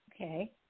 Okay